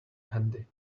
handy